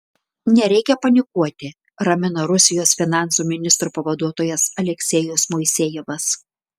nereikia panikuoti ramina rusijos finansų ministro pavaduotojas aleksejus moisejevas